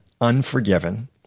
Unforgiven